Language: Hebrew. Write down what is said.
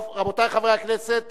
רבותי חברי הכנסת,